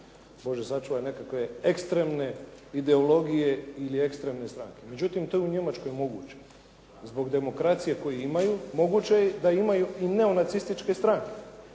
Bože sačuvaj nekakve ekstremne ideologije ili ekstremne stranke. Međutim, to je u Njemačkoj moguće, zbog demokracije koju imaju moguće je da imaju i neonacističke stranke